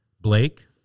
Blake